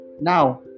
Now